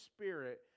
Spirit